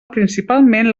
principalment